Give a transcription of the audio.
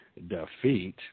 Defeat